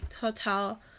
hotel